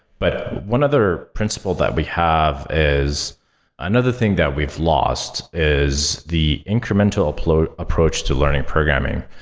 but one other principle that we have is another thing that we've lost is the incremental approach approach to learning programming.